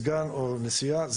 סגן או סגנית.